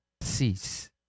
cease